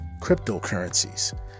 cryptocurrencies